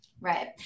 Right